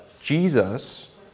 Jesus